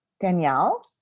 Danielle